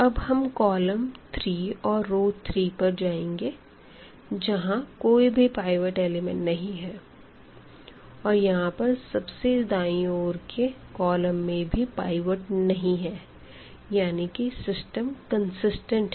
अब हम कॉलम 3 और रो 3 पर जाएंगे जहां कोई भी पाइवट एलिमेंट नहीं है और यहां पर सबसे दायीं ओर के कॉलम में भी पाइवट नहीं है यानी कि सिस्टम कंसिस्टेंट है